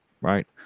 right